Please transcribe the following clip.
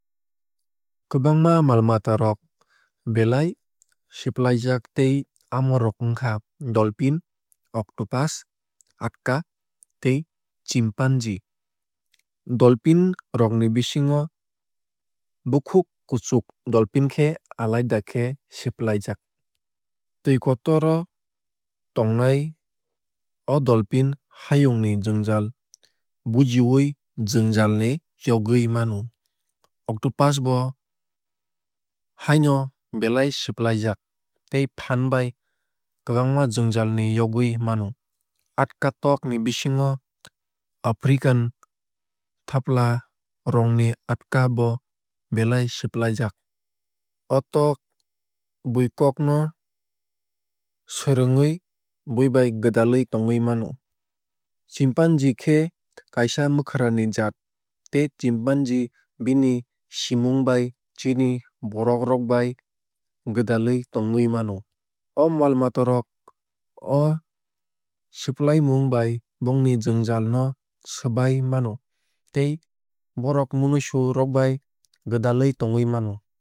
Kwbangma mal mata rok belai siplaijak tei amo rok wngkha dolphin octupus atka tei chimpanzee. Dolphin rok ni bisingo bukung kuchuk dolphin khe alaida khe siplaijak. Twui kotor o tongnai o dolphin hayungni jwngjaal bujiwui jwngjaal ni yogwui mano. Octopus bo hai no belai siplaijak tei phaan bai kwbangma jwngjal ni yagwui mano. Atka tok ni bisingo african thapla rong ni atka bo belai siplaijak. O tok bui kok no swrwngwui buibai gwdalwui tongwui mano. Chimpanzee khe kaisa mwkhra ni jaat tei chimpanzee bini simung bai chini borok rok bai gwdlawui tongwui mano. O mal mata rok o siplaimung bai bongni jwngjaal no swbai mano tei borok munisu rok bai gwdalwui tongwui mano.